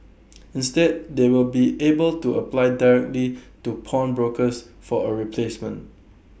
instead they will be able to apply directly to pawnbrokers for A replacement